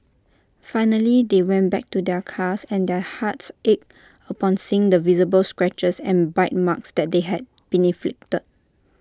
finally they went back to their cars and their hearts ached upon seeing the visible scratches and bite marks that they had been inflicted